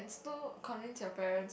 still convince your parents